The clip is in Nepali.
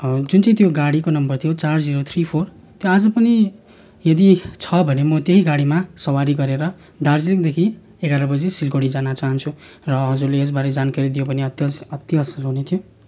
जुन चाहिँ त्यो गाडीको नम्बर थियो चार जिरो थ्री फोर त्यो आज पनि यदि छ भने म त्यही गाडीमा सवारी गरेर दार्जिलिङदेखि एघार बजी सिलगढी जान चाहन्छु र हजुरले यसबारे जानकारी दियो भने अति अति असल हुने थियो